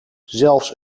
zelfs